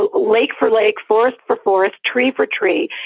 ah lake for lake, forest for forest, tree for tree,